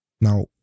Now